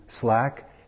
slack